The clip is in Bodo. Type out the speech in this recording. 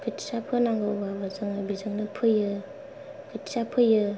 खोथिया फोनांगौबाबो जोङो बेजोंनो फोयो खोथिया फोयो